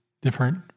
different